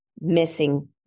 missing